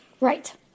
Right